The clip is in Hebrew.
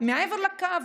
מעבר לקו,